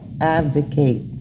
advocate